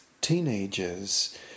teenagers